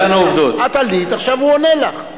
את עלית, עכשיו הוא עונה לך.